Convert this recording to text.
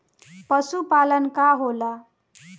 पशुपलन का होला?